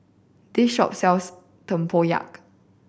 this shop sells tempoyak